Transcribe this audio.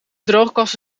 droogkast